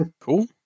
cool